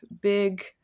big